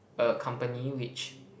a company which